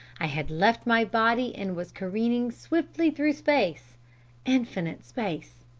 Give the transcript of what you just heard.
i had left my body and was careering swiftly through space infinite space.